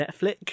Netflix